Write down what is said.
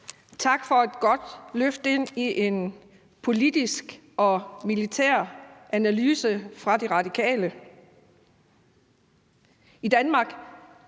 tak for et godt løft ind i en politisk og militær analyse fra De Radikale.